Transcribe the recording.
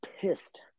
pissed